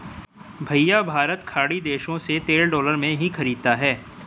भैया भारत खाड़ी देशों से तेल डॉलर में ही खरीदता है